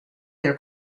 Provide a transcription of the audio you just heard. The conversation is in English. these